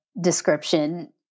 description